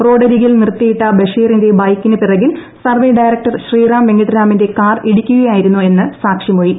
റോഡരികിൽ നിർത്തിയിട്ട ബഷീറിന്റെ ബൈക്കിന് പിറകിൽ സർവേ ഡയറക്ടർ ശ്രീറാം വെങ്കിട്ടരാമന്റെ കാർ ഇടിക്കുകയായിരുന്നു എന്നാണ് സാക്ഷിമൊഴി